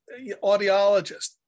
audiologist